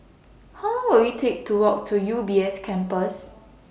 How Long Will IT Take to Walk to U B S Campus